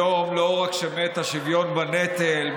היום לא רק מת השוויון בנטל,